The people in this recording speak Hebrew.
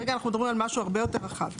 כרגע אנחנו מדברים על משהו הרבה יותר רחב.